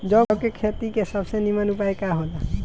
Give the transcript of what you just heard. जौ के खेती के सबसे नीमन उपाय का हो ला?